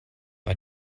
bei